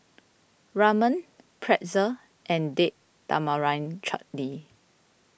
Ramen Pretzel and Date Tamarind Chutney